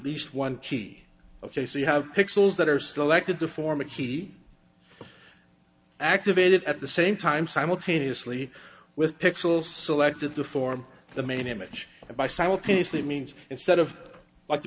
least one key ok so you have pixels that are still acted to form a key activated at the same time simultaneously with pixels selected to form the main image by simultaneously means instead of like the